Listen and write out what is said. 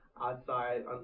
outside